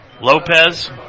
Lopez